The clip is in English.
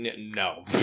No